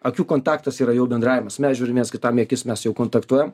akių kontaktas yra jau bendravimas mes žiūrim viens kitam į akis mes jau kontaktuojam